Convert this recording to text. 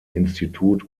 institut